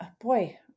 Boy